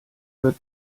wird